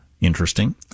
interesting